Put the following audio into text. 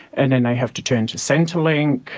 and then they have to turn to centrelink.